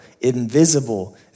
invisible